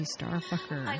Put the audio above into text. Starfucker